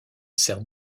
sert